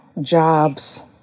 jobs